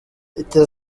icyo